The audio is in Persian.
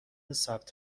ثبت